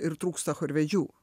ir trūksta chorvedžių